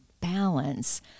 balance